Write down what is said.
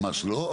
ממש לא,